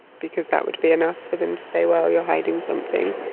because that would be enough for them to say, well, you're hiding something.